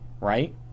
Right